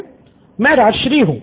student २ मैं राजश्री हूं